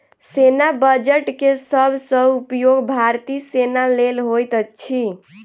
सेना बजट के सब सॅ उपयोग भारतीय सेना लेल होइत अछि